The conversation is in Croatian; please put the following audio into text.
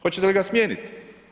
Hoćete li ga smijeniti?